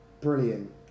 Brilliant